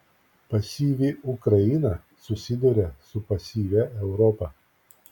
pasyvi ukraina susiduria su pasyvia europa